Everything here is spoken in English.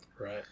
Right